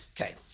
Okay